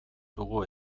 dugu